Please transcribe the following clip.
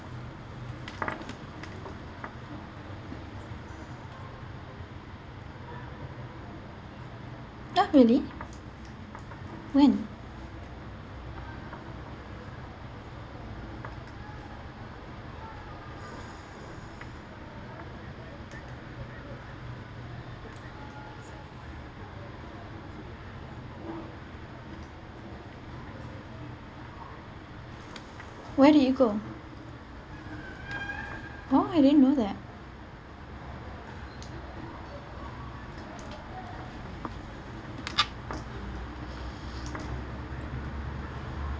ah really when where did you go oh I didn't know that